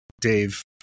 Dave